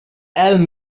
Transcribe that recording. helped